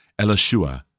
Elishua